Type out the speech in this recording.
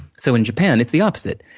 so, in japan, it's the opposite.